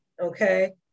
Okay